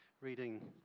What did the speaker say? reading